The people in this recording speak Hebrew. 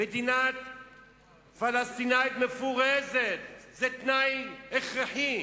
מדינה פלסטינית מפורזת זה תנאי הכרחי.